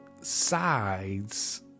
sides